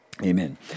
Amen